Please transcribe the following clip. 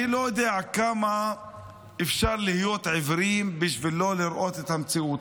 אני לא יודע כמה אפשר להיות עיוורים בשביל לא לראות את המציאות,